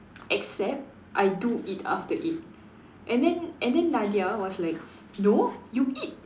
except I do eat after eight and then and then Nadia was like no you eat